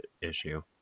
issue